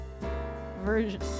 version